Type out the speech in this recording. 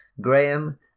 Graham